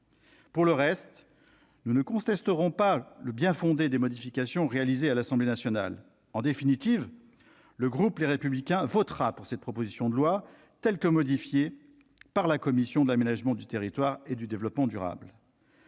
Pour le reste, nous ne contesterons pas le bien-fondé des modifications apportées par l'Assemblée nationale. En définitive, le groupe Les Républicains votera cette proposition de loi telle que modifiée par la commission de l'aménagement du territoire et du développement durable.